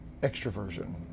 extroversion